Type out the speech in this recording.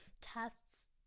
tests